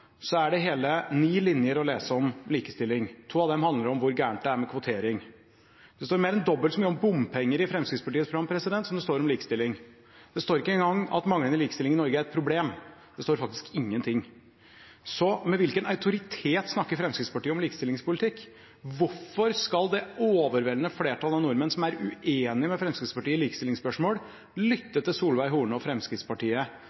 så mye om bompenger i Fremskrittspartiets program som det står om likestilling. Det står ikke engang at manglende likestilling i Norge er et problem. Det står faktisk ingenting. Med hvilken autoritet snakker Fremskrittspartiet om likestillingspolitikk? Hvorfor skal det overveldende flertall av nordmenn som er uenige med Fremskrittspartiet i likestillingsspørsmål,